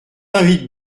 invite